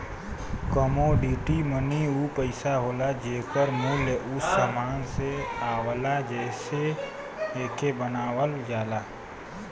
commodity money उ पइसा होला जेकर मूल्य उ समान से आवला जेसे एके बनावल जाला